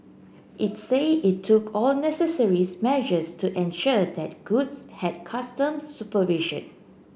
it said it took all necessary measures to ensure that goods had customs supervision